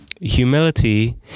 Humility